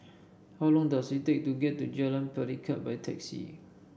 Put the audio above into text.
how long does it take to get to Jalan Pelikat by taxi